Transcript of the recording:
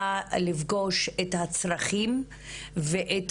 באה לפגוש את הצרכים ואת